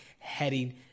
Heading